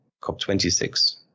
COP26